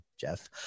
Jeff